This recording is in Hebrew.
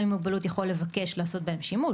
עם מוגבלות יכול לבקש לעשות בהם שימוש,